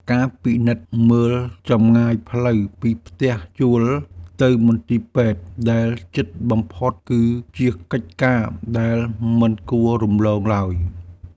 ការពិនិត្យមើលចម្ងាយផ្លូវពីផ្ទះជួលទៅមន្ទីរពេទ្យដែលជិតបំផុតគឺជាកិច្ចការដែលមិនគួររំលងឡើយ។